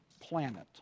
Planet